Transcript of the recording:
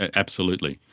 absolutely.